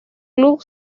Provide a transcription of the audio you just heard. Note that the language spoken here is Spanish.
club